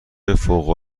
فوق